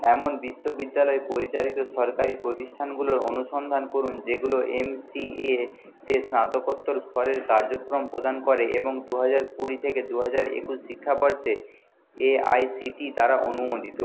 এমন বিশ্ববিদ্যালয় পরিচালিত সরকারি প্রতিষ্ঠানগুলোর অনুসন্ধান করুন যেগুলো এমসিএ তে স্নাতকোত্তর স্তরের কার্যক্রম প্রদান করে এবং দু হাজার কুড়ি থেকে দু হাজার একুশ শিক্ষাবর্ষে এআইসিটিই দ্বারা অনুমোদিত